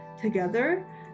together